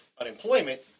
unemployment